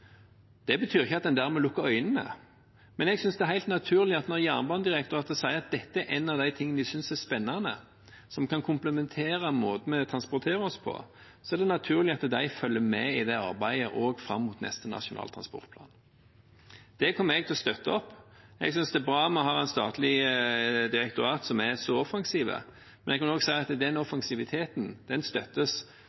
Det betyr ikke at en dermed lukker øynene, men jeg synes at når Jernbanedirektoratet sier at dette er en av de tingene de synes er spennende, som kan komplementere måten vi transporterer oss på, så er det naturlig at de følger med i det arbeidet også fram mot neste Nasjonal transportplan. Det kommer jeg til å støtte opp om. Jeg synes det er bra vi har et statlig direktorat som er så offensive, men jeg kan også si at den